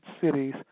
cities